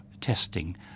testing